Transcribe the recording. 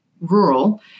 rural